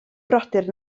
brodyr